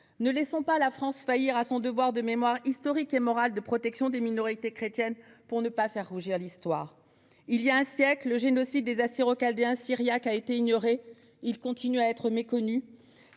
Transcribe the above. Ne laissons pas la France faillir à son devoir historique et moral de protection des minorités chrétiennes, pour ne pas faire rougir l'histoire ! Il y a un siècle, le génocide des Assyro-Chaldéens-Syriaques a été ignoré ; il continue d'être méconnu,